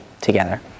together